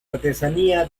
artesanía